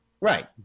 Right